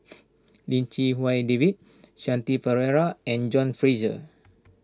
Lim Chee Wai David Shanti Pereira and John Fraser